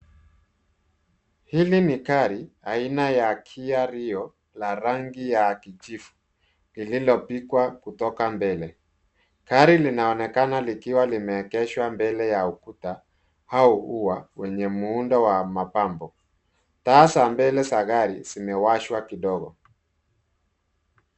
Hili ni gari aina ya Kia Rio la rangi ya kijivu, lililopigwa kutoka mbele. Gari linaonekana likiwa limeegeshwa mbele ya ukuta au ua wenye muundo wa mapambo. Taa za mbele za gari zimewashwa kidogo.